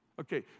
Okay